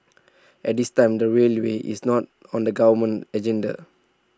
at this time the railway is not on the government's agenda